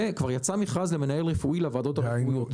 וכבר יצא מכרז למנהל רפואי לוועדות הרפואיות.